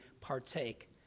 partake